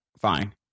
Fine